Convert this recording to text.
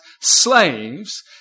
slaves